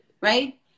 right